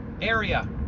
area